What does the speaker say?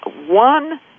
One